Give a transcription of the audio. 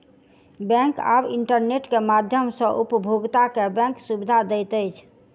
bank आब internet के माध्यम सॅ उपभोगता के बैंक सुविधा दैत अछि